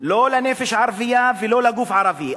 לא לנפש הערבייה ולא לגוף הערבי.